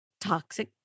toxic